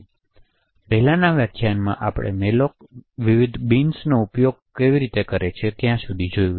તેથી પહેલાનાં વ્યાખ્યાનમાં આપણે મેલોક વિવિધ બીન્સનો ઉપયોગ કેવી રીતે કરે છે ત્યાં સુધી જોયું